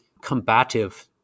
combative